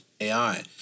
AI